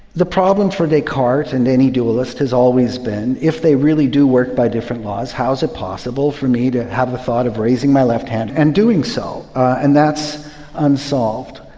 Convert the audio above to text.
the problem for descartes and any dualist has always been if they really do work by different laws how is it possible for me to have the thought of raising my left hand and doing so? and that's unsolved.